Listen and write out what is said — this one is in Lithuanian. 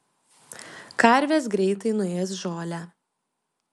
karvės greitai nuės žolę